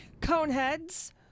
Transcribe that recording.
Coneheads